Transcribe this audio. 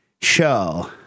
show